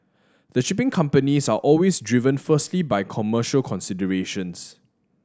the shipping companies are always driven firstly by commercial considerations